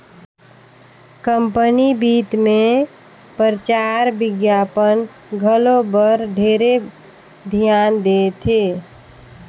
company बित मे परचार बिग्यापन घलो बर ढेरे धियान देथे